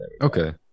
Okay